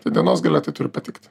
tai dienos gale tai turi patikti